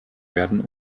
werden